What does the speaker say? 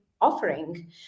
offering